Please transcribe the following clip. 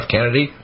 Kennedy